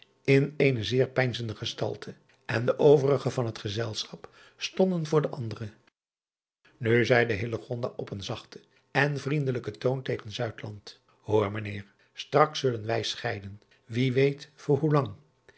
in eene zeer peinzende gestalte en de overige van het gezelschap stonden voor de andere u zeide op een zachten en vriendelijken toon tegen oor ijnheer straks zullen wij scheiden wie weet voor hoelang